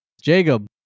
Jacob